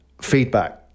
feedback